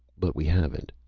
but we haven't.